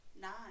Nine